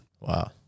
wow